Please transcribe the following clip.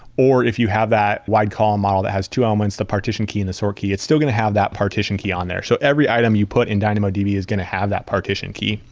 or if you have that wide column model that has two elements, the partition key and the sort key, it's still going to have that partition key on there. so every item you put in dynamodb is going to have that partition key.